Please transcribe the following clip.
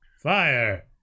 Fire